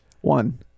One